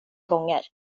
gånger